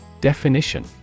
Definition